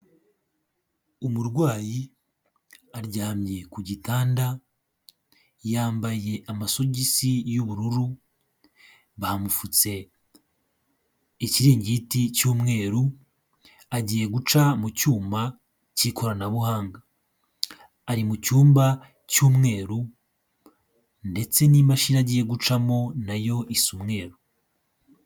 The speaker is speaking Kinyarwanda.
Umurwayi aryamye ku gitanda yambaye amasogisi y'ubururu bamupfutse ikiringiti cy'umweru agiye guca mu cyuma cy'ikoranabuhanga, ari mucyumba cy'umweru ndetse n'imashini agiye gucamo nayo isa umweru.